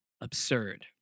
absurd